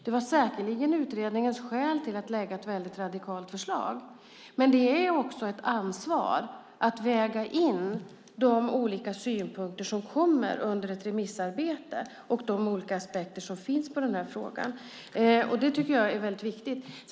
Det var säkerligen utredningens skäl till att lägga fram ett radikalt förslag. Men det är också ett ansvar att väga in de olika synpunkter som kommer under ett remissarbete och de olika aspekter som finns på den här frågan. Det tycker jag är viktigt.